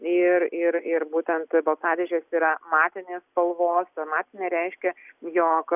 ir ir ir būtent balsadėžės yra matinės spalvos matinė reiškia jog